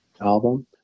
album